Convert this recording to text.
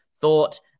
thought